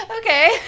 Okay